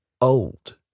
old